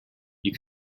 you